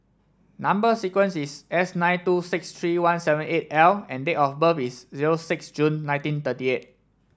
number sequence is S nine two six three one seven eight L and date of birth is zero six June nineteen thirty eight